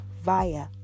via